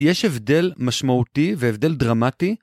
יש הבדל משמעותי והבדל דרמטי?